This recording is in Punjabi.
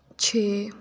ਛੇ